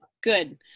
Good